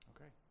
Okay